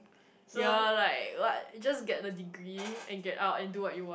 so